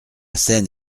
scène